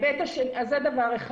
אז זה דבר אחד.